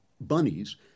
bunnies